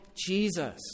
Jesus